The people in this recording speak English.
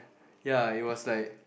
ya it was like